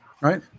right